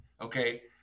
okay